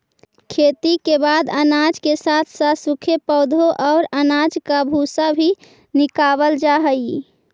खेती के बाद अनाज के साथ साथ सूखे पौधे और अनाज का भूसा भी निकावल जा हई